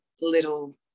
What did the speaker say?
little